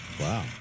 Wow